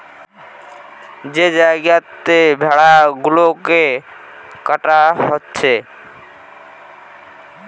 যে জাগাতে ভেড়া গুলাকে কাটা হচ্ছে